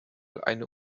eine